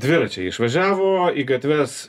dviračiai išvažiavo į gatves